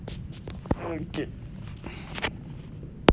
okay